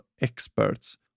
experts